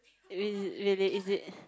is really is it